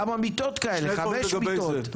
כמה מיטות כאלה, חמש מיטות?